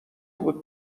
بود